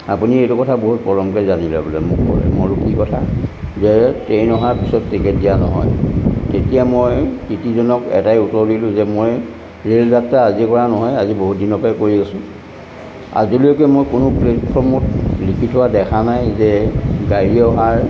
আপুনি এইটো কথা বহুত পলমকৈ জানিলে বোলে মই বোলো কি কথা যে ট্ৰেইন অহাৰ পিছত টিকেট দিয়া নহয় তেতিয়া মই টিটিজনক এটাই উত্তৰ দিলোঁ যে মই ৰেল যাত্ৰা আজি কৰা নহয় আজি বহুত দিনৰ পৰাই কৰি আছোঁ আজিলৈকে মই কোনো প্লেটফৰ্মত লিখি থোৱা দেখা নাই যে গাড়ী অহাৰ